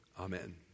Amen